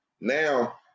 Now